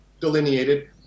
delineated